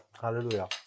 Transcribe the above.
hallelujah